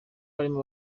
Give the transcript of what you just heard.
barimo